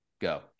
Go